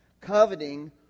coveting